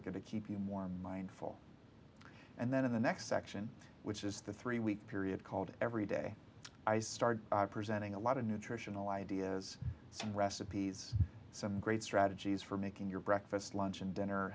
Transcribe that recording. are going to keep you more mindful and then in the next section which is the three week period called every day i started presenting a lot of nutritional ideas some recipes some great strategies for making your breakfast lunch and dinner